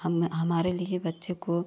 हम हमारे लिए बच्चों को